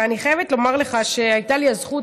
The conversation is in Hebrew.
ואני חייבת לומר לך שהייתה לי גם הזכות